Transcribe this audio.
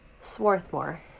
Swarthmore